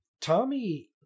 Tommy